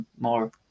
More